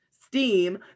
steam